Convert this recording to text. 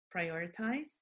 prioritize